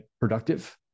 productive